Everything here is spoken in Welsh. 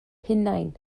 hunain